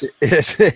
yes